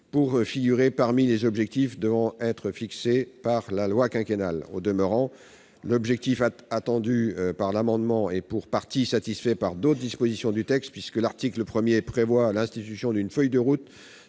pour figurer parmi les objectifs devant être fixés par la loi quinquennale. Au demeurant, l'objectif visé par les auteurs de cet amendement est pour partie satisfait par d'autres dispositions du texte. Ainsi, l'article 1 prévoit l'institution d'une « feuille de route